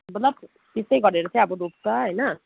मतलब त्यस्तै गरेर चाहिँ अब रोप्छ होइन